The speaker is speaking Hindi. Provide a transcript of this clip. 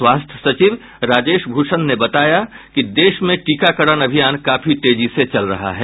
स्वास्थ्य सचिव राजेश भूषण ने बताया कि देश में टीकाकरण अभियान काफी तेजी से चल रहा है